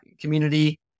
community